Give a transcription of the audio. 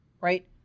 right